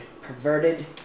perverted